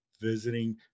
visiting